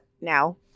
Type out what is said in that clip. now